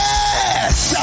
Yes